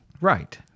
Right